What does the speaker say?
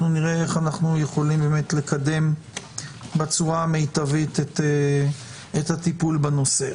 נראה איך אנו יכולים לקדם בצורה המיטבית את הטיפול בנושא.